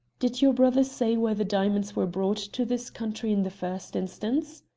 did your brother say why the diamonds were brought to this country in the first instance?